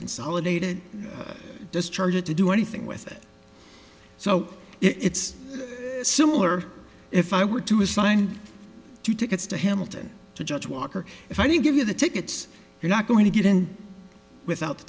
consolidated discharge or to do anything with it so it's similar if i were to assigned two tickets to hamilton to judge walker if i can give you the tickets you're not going to get in without